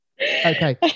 Okay